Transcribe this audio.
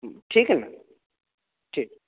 ठीक ने ठीक